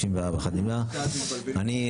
אני,